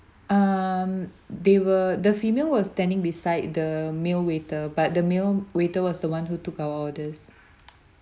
um they were the female was standing beside the male waiter but the male waiter was the one who took our orders